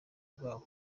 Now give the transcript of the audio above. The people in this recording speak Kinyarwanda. bwabo